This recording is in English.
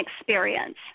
experience